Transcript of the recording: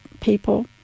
people